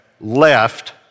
left